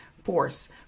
force